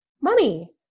Money